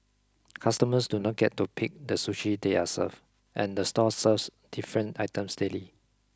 customers do not get to pick the sushi they are served and the store serves different items daily